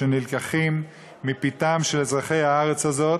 שנלקחים מפתם של אזרחי הארץ הזאת,